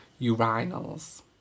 urinals